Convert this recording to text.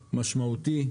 משמעותי.